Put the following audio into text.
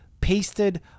pasted